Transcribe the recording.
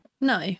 no